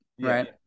right